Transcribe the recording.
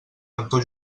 lector